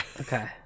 okay